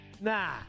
Nah